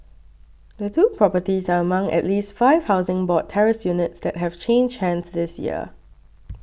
the two properties are among at least five Housing Board terraced units that have changed hands this year